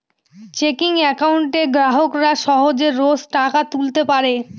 checking একাউন্টে গ্রাহকরা সহজে রোজ টাকা তুলতে পারে